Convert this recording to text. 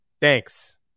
Thanks